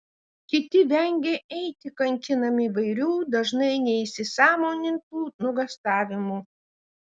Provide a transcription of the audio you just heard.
kiti vengia eiti kankinami įvairių dažnai neįsisąmonintų nuogąstavimų